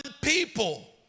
people